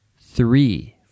three